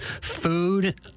food